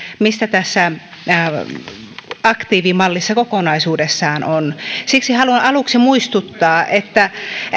mistä tässä aktiivimallissa kokonaisuudessaan on kyse siksi haluan aluksi muistuttaa että